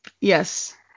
Yes